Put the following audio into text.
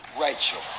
Rachel